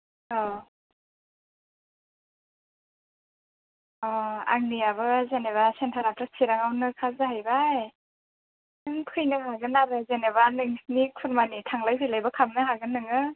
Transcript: अ अ आंनियाबो जेनेबा सेन्टाराथ' चिरांआवनोखा जाहैबाय नों फैनो हागोन आरो जेन'बा नोंसिनि खुरमानि थांलाय फैलायबो खालामनो हागोन नोङो